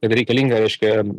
kad reikalinga reiškia